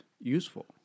useful